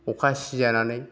अखा सिजानानै